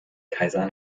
kaiser